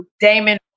damon